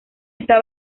está